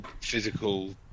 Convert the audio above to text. physical